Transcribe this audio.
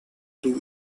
two